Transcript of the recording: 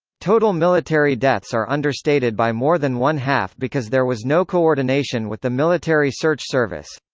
total military deaths are understated by more than one-half because there was no coordination with the military search service.